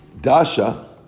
Dasha